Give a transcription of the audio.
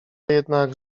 jednak